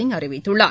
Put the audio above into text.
சிங் அறிவித்துள்ளார்